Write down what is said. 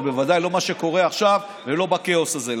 אבל בוודאי לא מה שקורה עכשיו ולא הכאוס הזה.